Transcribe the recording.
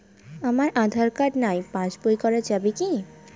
আমার আঁধার কার্ড নাই পাস বই করা যাবে কি?